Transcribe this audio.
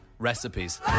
Recipes